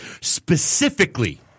specifically